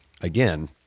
again